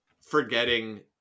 forgetting